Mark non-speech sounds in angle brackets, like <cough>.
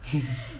<laughs>